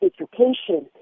Education